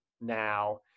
now